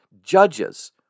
judges